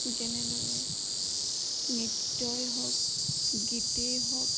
যেনেদৰে নৃত্যই হওক গীতেই হওক